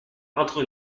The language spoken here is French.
entre